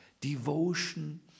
devotion